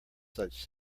such